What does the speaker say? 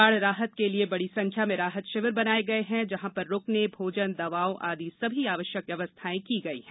बाढ़ राहत के लिए बड़ी संख्या में राहत शिविर बनाए गए हैं जहां पर रूकने भोजन दवाओं आदि सभी आवश्यक व्यवस्थाएं की गई हैं